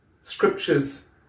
scriptures